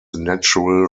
natural